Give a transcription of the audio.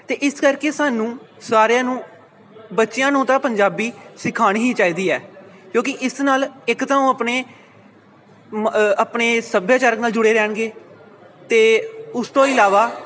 ਅਤੇ ਇਸ ਕਰਕੇ ਸਾਨੂੰ ਸਾਰਿਆਂ ਨੂੰ ਬੱਚਿਆਂ ਨੂੰ ਤਾਂ ਪੰਜਾਬੀ ਸਿਖਾਉਣੀ ਹੀ ਚਾਹੀਦੀ ਹੈ ਕਿਉਂਕਿ ਇਸ ਨਾਲ ਇੱਕ ਤਾਂ ਉਹ ਆਪਣੇ ਮ ਆਪਣੇ ਸੱਭਿਆਚਾਰਕ ਨਾਲ ਜੁੜੇ ਰਹਿਣਗੇ ਅਤੇ ਉਸ ਤੋਂ ਇਲਾਵਾ